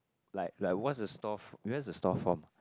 like like what's the store where's the stores from